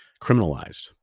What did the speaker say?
criminalized